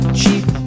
cheap